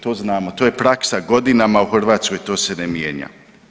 To znamo, to je praksa godinama u Hrvatskoj, to se ne mijenja.